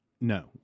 No